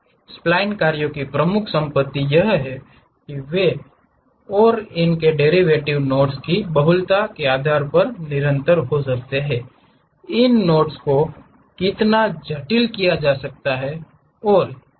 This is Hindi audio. स्प्लाइन कार्यों की प्रमुख संपत्ति यह है कि वे और उनके डेरिवेटिव नॉट्स की बहुलता के आधार पर निरंतर हो सकते हैं इन नोट्स को कितना जटिल किया जा सकता है